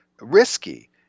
risky